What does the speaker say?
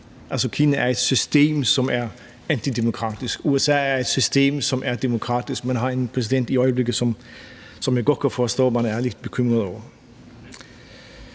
Kina er et system, som er antidemokratisk, mens USA er et system, som er demokratisk, men man har en præsident i øjeblikket, som jeg godt kan forstå man er lidt bekymret over.